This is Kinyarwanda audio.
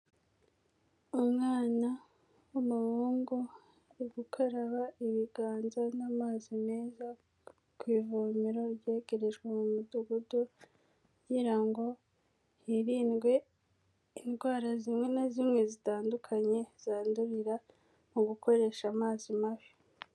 Umwana w'umuhungu ari gukaraba ibiganza n'amazi meza, ku ivomero ryegerejwe mu midugudu kugira ngo hirindwe indwara zimwe na zimwe zitandukanye, zandurira mu gukoresha amazi mabi.